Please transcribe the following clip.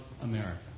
America